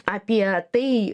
apie tai